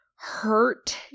hurt